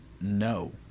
no